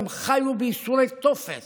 והם חיו בייסורי תופת